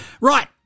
Right